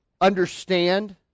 understand